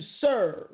serve